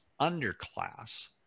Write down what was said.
underclass